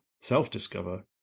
self-discover